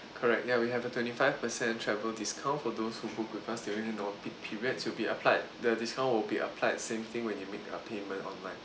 correct ya we have the twenty five percent travel discount for those who book with us during non peak periods will be applied the discount will be applied same thing when you make uh payment online